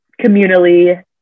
communally